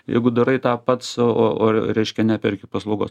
jeigu darai tą pats o o reiškia neperki paslaugos